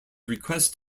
request